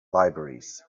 libraries